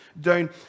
down